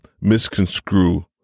misconstrue